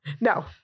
No